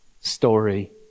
story